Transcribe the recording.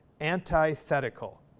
antithetical